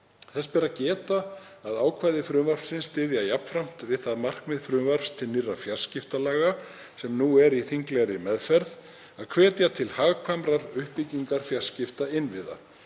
Þess ber að geta að ákvæði frumvarpsins styðja jafnframt við það markmið frumvarps til nýrra fjarskiptalaga, sem nú er í þinglegri meðferð, að hvetja til hagkvæmrar uppbyggingar fjarskiptainnviða.